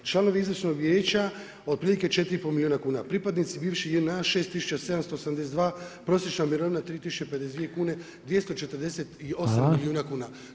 Članovi izvršnog vijeća otprilike 4,5 milijuna kuna, pripadnici bivših JNA 6782, prosječna mirovina 3052 kune, 248 milijuna kuna.